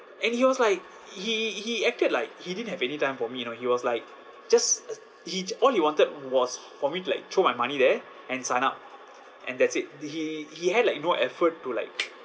and he was like he he acted like he didn't have any time for me you know he was like just he all he wanted was for me to like throw my money there and sign up and that's it he he had like no effort to like